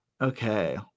Okay